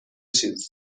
چیز